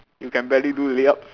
you can barely do layups